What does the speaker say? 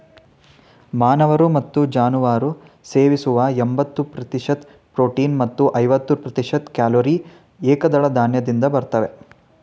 ಮಾನವರು ಮತ್ತು ಜಾನುವಾರು ಸೇವಿಸುವ ಎಂಬತ್ತು ಪ್ರತಿಶತ ಪ್ರೋಟೀನ್ ಮತ್ತು ಐವತ್ತು ಪ್ರತಿಶತ ಕ್ಯಾಲೊರಿ ಏಕದಳ ಧಾನ್ಯದಿಂದ ಬರ್ತವೆ